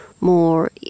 more